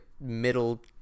middle